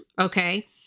Okay